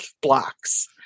blocks